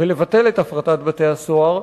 ולבטל את הפרטת בתי-הסוהר.